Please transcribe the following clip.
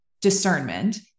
discernment